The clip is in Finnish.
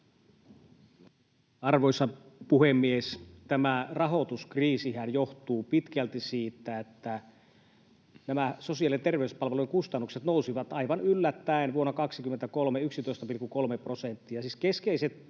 Arvoisa puhemies! Tämä rahoituskriisihän johtuu pitkälti siitä, että nämä sosiaali- ja terveyspalvelujen kustannukset nousivat aivan yllättäen 11,3 prosenttia